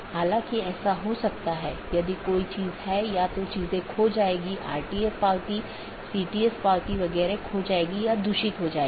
क्योंकि पूर्ण मेश की आवश्यकता अब उस विशेष AS के भीतर सीमित हो जाती है जहाँ AS प्रकार की चीज़ों या कॉन्फ़िगरेशन को बनाए रखा जाता है